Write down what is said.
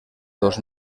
dos